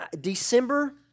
December